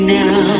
now